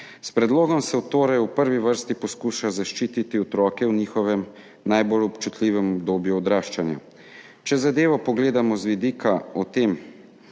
S predlogom se torej v prvi vrsti poskuša zaščititi otroke v njihovem najbolj občutljivem obdobju odraščanja. Če zadevo pogledamo z vidika tega,